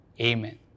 amen